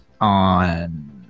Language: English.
on